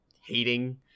hating